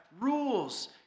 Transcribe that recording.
rules